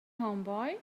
homeboy